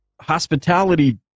hospitality